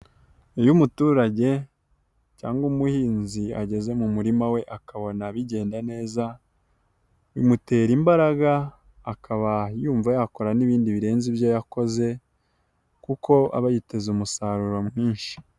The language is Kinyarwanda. Iyo umuturage cyangwa umuhinzi ageze mu murima we akabona bigenda neza, bimutera imbaraga akaba yumva yakora n'ibindi birenze ibyo yakoze kuko aba yiteze umusaruro mwinshi.